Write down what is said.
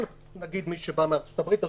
מי שבא מארצות הברית,